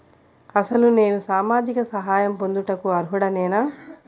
అసలు నేను సామాజిక సహాయం పొందుటకు అర్హుడనేన?